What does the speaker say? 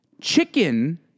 Chicken